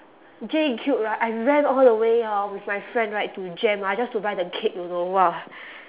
J cube right I ran all the way hor with my friend right to jem ah just to buy the cake you know !wah!